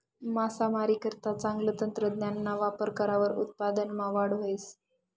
मासामारीकरता चांगलं तंत्रज्ञानना वापर करावर उत्पादनमा वाढ व्हस